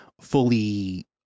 fully